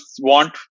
want